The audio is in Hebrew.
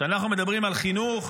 כשאנחנו מדברים על חינוך,